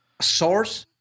source